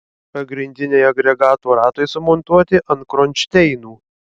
pagrindiniai agregato ratai sumontuoti ant kronšteinų